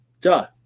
duh